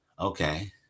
Okay